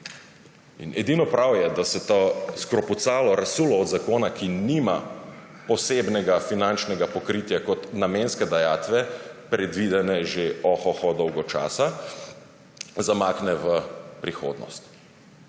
Edino prav je, da se to skrpucalo, razsulo od zakona, ki nima posebnega finančnega pokritja kot namenske dajatve, predvidene že ohoho dolgo časa, zamakne v prihodnost,